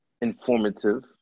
Informative